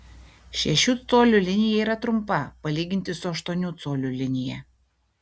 šešių colių linija yra trumpa palyginti su aštuonių colių linija